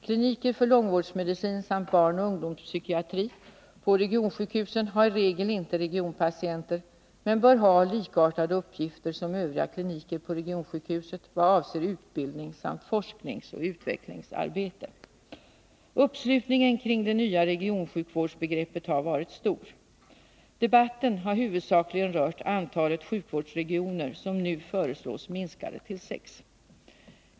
Kliniker för långvårdsmedicin samt barnoch ungdomspsykiatri på regionsjukhusen har i regel inte regionpatienter men bör ha likartade uppgifter som övriga kliniker på regionsjukhuset vad avser utbildning samt forskningsoch utvecklingsarbete. Uppslutningen kring det nya regionsjukvårdsbegreppet har varit stor. Debatten har huvudsakligen rört antalet sjukvårdsregioner, som nu föreslås minskade till sex.